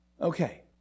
Okay